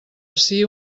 ací